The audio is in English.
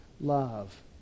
love